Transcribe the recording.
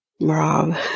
Rob